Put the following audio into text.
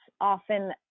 often